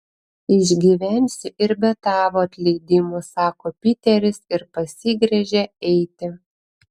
išgyvensiu ir be tavo atleidimo sako piteris ir pasigręžia eiti